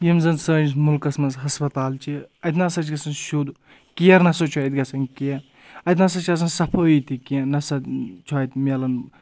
یِم زَن سٲنِس مُلکَس منٛز ہَسپَتال چھِ اَتہِ نَسا چھِ گژھان شُد کِیر نَسا چھُ اَتہِ گژھان کینٛہہ اَتہِ نَسا چھِ آسَان صفٲٮٔی تہِ کینٛہہ نہ سا چھُ اَتہِ مِلان